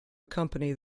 accompany